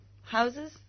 houses